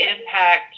impact